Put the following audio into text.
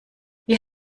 wie